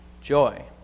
joy